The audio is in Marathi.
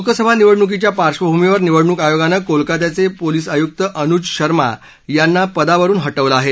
लोकसभा निवडणुकीच्या पार्श्वभूमीवर निवडणूक आयोगानं कोलकात्याचे पोलीस आयुक्त अनुज शर्मा यांना पदावरुन हटवलं आहे